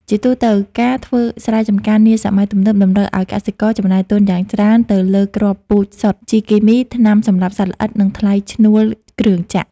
ជាទូទៅ ការធ្វើស្រែចម្ការនាសម័យទំនើបតម្រូវឱ្យកសិករចំណាយទុនយ៉ាងច្រើនទៅលើគ្រាប់ពូជសុទ្ធ ជីគីមី ថ្នាំសម្លាប់សត្វល្អិត និងថ្លៃឈ្នួលគ្រឿងចក្រ។